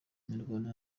imirwano